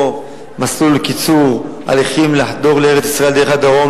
מסלול לקיצור הליכים לחדור לארץ-ישראל דרך הדרום.